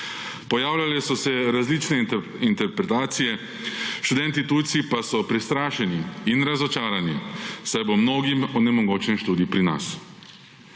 Pojavljale so se različne interpretacije, študenti tujci pa so prestrašeni in razočarani, saj bo mnogim onemogočen študij pri nas.